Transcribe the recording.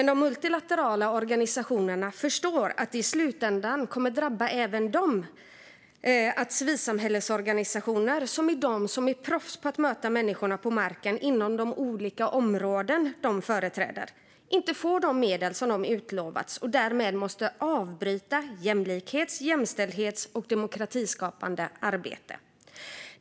De multilaterala organisationerna förstår dock att det i slutändan kommer att drabba även dem om civilsamhällets organisationer, som är proffs på att möta människorna på marken inom de olika områden de företräder, inte får de medel som de utlovats och därmed måste avbryta sitt jämlikhets-, jämställdhets och demokratiskapande arbete.